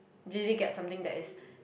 really get something that is